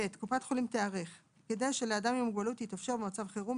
(ב)קופת חולים תיערך כדי שלאדם עם מוגבלות יתאפשר במצב חירום,